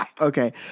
Okay